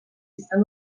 izan